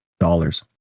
dollars